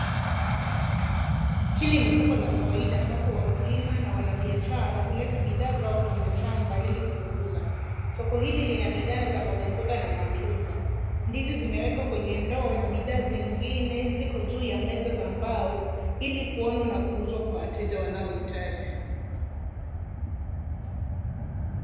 Hili ni soko la kawaida ambapo wakulima na wanabiashara uleta bidhaa zao za mashamba ili kuuza. Soko hili lina bidhaa za mboga mboga na matunda. Ndizi zimewekwa kwenye ndoo na bidhaa zingine ziko juu ya meza za mbao ili kuonwa na kuuzwa kwa wateja wanaoitaji.